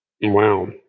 Wow